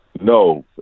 No